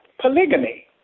polygamy